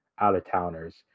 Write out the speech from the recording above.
out-of-towners